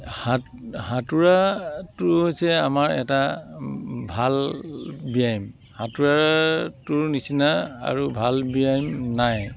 সাত সাঁতোৰাটো হৈছে আমাৰ এটা ভাল ব্যায়াম সাঁতোৰাটোৰ নিচিনা আৰু ভাল ব্যায়াম নাই